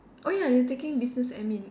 oh ya you're taking business admin